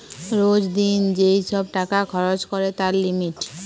রোজ দিন যেই সব টাকা খরচ করে তার লিমিট